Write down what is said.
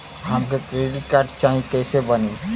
हमके credit card चाही कैसे बनी?